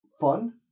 fun